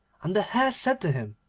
and the hare said to him,